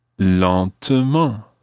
lentement